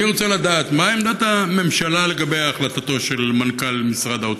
אני רוצה לדעת: מה עמדת הממשלה לגבי החלטתו של מנכ"ל משרד האוצר.